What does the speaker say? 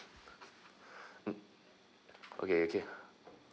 mm okay okay